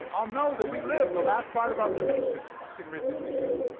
i'll know that we lived the last part of our life as fucking rich as we could.